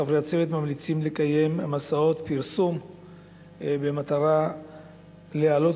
חברי הצוות ממליצים לקיים מסעות פרסום במטרה להעלות